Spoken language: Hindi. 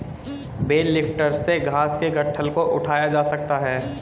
बेल लिफ्टर से घास के गट्ठल को उठाया जा सकता है